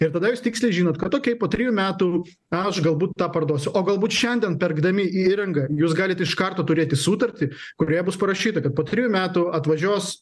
ir tada jūs tiksliai žinant kad okei po trejų metų aš galbūt tą parduosiu o galbūt šiandien perkdami įrangą jūs galit iš karto turėti sutartį kurioje bus parašyta kad po trijų metų atvažiuos